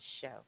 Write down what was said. show